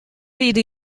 ride